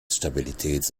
stabilitäts